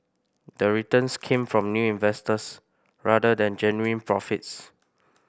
the returns came from new investors rather than genuine profits